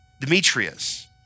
Demetrius